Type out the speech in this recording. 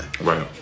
right